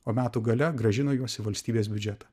o metų gale grąžino juos į valstybės biudžetą